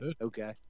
okay